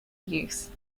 use